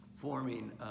forming